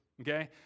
Okay